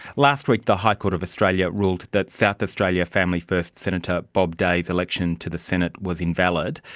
last week the high court of australia ruled that south australia family first senator bob day's election to the senate was invalid.